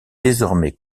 désormais